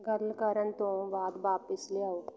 ਗੱਲ ਕਰਨ ਤੋਂ ਬਾਅਦ ਵਾਪਿਸ ਲਿਆਓ